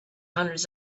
hundreds